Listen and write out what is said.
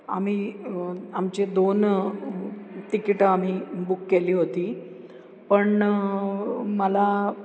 आम्ही आमचे दोन तिकीटं आम्ही बुक केली होती पण मला